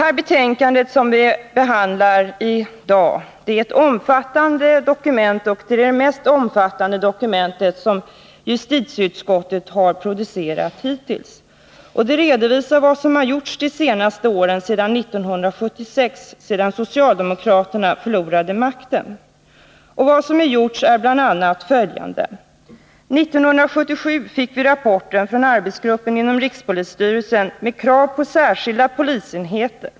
Det betänkande som vi behandlar i dag är ett omfattande dokument. Det är det mest omfattande dokument som justitieutskottet har producerat hittills. Där redovisas vad som har gjorts under åren sedan 1976, då socialdemokraterna förlorade makten. Vad som har gjorts är bl.a. följande. 1977 fick vi en rapport från arbetsgruppen inom rikspolisstyrelsen med krav på särskilda polisenheter.